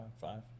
five